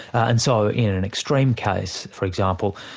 and so in an extreme case for example,